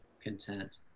content